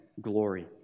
glory